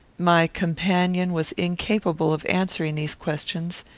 my companion was incapable of answering these questions,